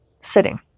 sitting